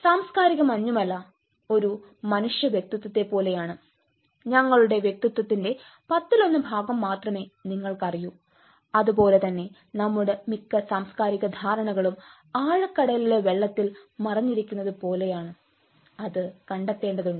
സാംസ്കാരിക മഞ്ഞുമല ഒരു മനുഷ്യ വ്യക്തിത്വത്തെപ്പോലെയാണ് ഞങ്ങളുടെ വ്യക്തിത്വത്തിന്റെ പത്തിലൊന്ന് ഭാഗം മാത്രമേ നിങ്ങൾക്ക് അറിയൂ അതുപോലെ തന്നെ നമ്മുടെ മിക്ക സാംസ്കാരിക ധാരണകളും ആഴക്കടലിലെ വെള്ളത്തിൽ മറഞ്ഞിരിക്കുന്നത് പോലെയാണ് അത് കണ്ടെത്തേണ്ടതുണ്ട്